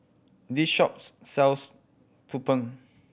this shops sells tumpeng